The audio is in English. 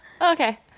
Okay